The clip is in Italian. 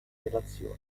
relazioni